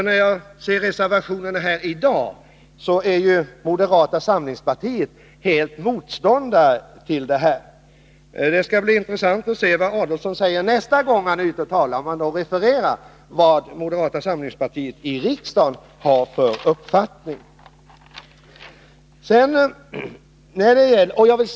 När jag ser reservationerna här i dag noterar jag att moderata samlingspartiet är klar motståndare till lördagsstängning. Det skall bli intressant att se vad Ulf Adelsohn säger nästa gång han är ute och talar, om han då refererar vad moderata samlingspartiet i riksdagen har för uppfattning.